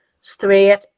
straight